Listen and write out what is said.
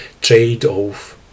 trade-off